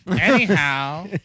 anyhow